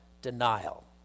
denial